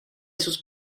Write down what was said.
sus